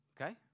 okay